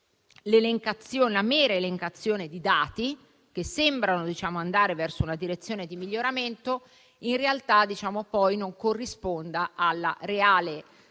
una mera elencazione di dati che sembrano andare verso una direzione di miglioramento in realtà non corrisponda alla reale